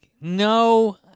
No